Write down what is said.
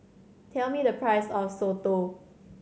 tell me the price of soto